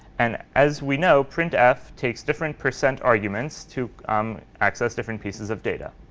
and as we know, printf takes different percent arguments to um access different pieces of data.